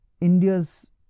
India's